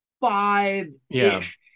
five-ish